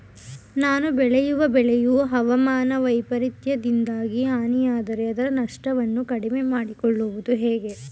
ನಾನು ಬೆಳೆಯುವ ಬೆಳೆಯು ಹವಾಮಾನ ವೈಫರಿತ್ಯದಿಂದಾಗಿ ಹಾನಿಯಾದರೆ ಅದರ ನಷ್ಟವನ್ನು ಕಡಿಮೆ ಮಾಡಿಕೊಳ್ಳುವುದು ಹೇಗೆ?